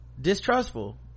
distrustful